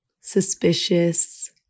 suspicious